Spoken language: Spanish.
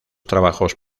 trabajos